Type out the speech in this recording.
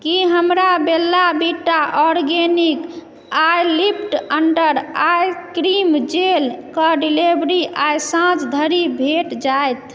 की हमरा Bella Vita organic eyelift under eye cream gel क delivery आइ साँझ धरी भेट जायत